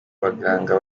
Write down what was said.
baganga